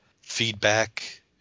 feedback